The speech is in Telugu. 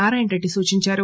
నారాయణ రెడ్డి సూచించారు